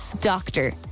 doctor